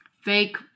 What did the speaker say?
fake